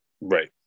Right